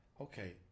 Okay